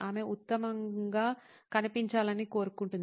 ఆమె ఉత్తమంగా కనిపించాలని కోరుకుంటుంది